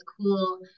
cool